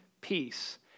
peace